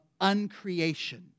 uncreation